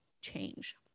change